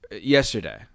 yesterday